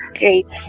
great